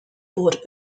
bought